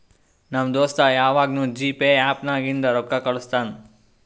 ನಮ್ ದೋಸ್ತ ಯವಾಗ್ನೂ ಜಿಪೇ ಆ್ಯಪ್ ನಾಗಿಂದೆ ರೊಕ್ಕಾ ಕಳುಸ್ತಾನ್